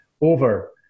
over